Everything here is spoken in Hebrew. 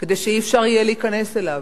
כדי שלא יהיה אפשר להיכנס אליו,